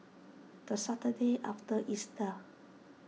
the Saturday after Easter